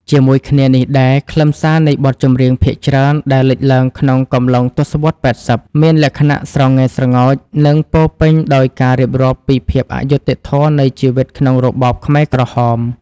ជាមួយគ្នានេះដែរ ខ្លឹមសារនៃបទចម្រៀងភាគច្រើនដែលលេចឡើងក្នុងកំឡុងទសវត្សរ៍ ៨០ មានលក្ខណៈស្រងែស្រងោច និងពោរពេញដោយការរៀបរាប់ពីភាពអយុត្តិធម៌នៃជីវិតក្នុងរបបខ្មែរក្រហម។